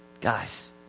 guys